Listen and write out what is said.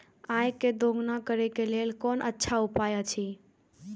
आय के दोगुणा करे के लेल कोन अच्छा उपाय अछि?